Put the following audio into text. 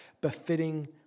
befitting